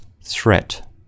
threat